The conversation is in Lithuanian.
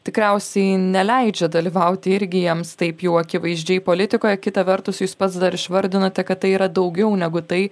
tikriausiai neleidžia dalyvauti irgi jiems taip jau akivaizdžiai politikoje kita vertus jūs pats dar išvardinote kad tai yra daugiau negu tai